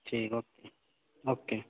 ठीक और ओके